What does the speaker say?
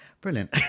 brilliant